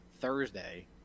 Thursday